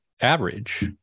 average